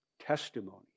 testimony